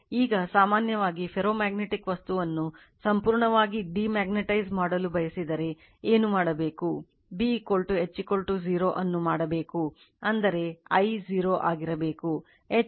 ಈಗ ಒಂದು ferromagnetic ಮಾಡಲು ಬಯಸಿದರೆ ಏನು ಮಾಡಬೇಕು B H 0 ಅನ್ನು ಮಾಡಬೇಕು ಅಂದರೆ I 0 ಆಗಿರಬೇಕು